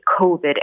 COVID